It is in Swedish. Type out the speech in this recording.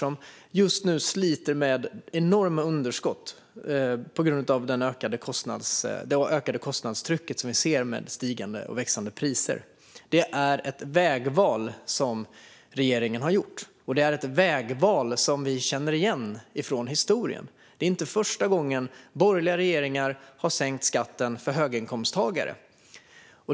Man sliter just nu med enorma underskott på grund av det ökade kostnadstrycket, som vi ser i och med stigande priser. Det är ett vägval som regeringen har gjort, och det är ett vägval som vi känner igen från historien. Det är inte första gången borgerliga regeringar har sänkt skatten för höginkomsttagare.